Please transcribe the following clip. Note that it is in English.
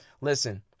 Listen